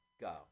go